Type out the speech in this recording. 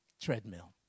treadmill